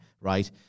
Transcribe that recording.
right